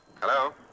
Hello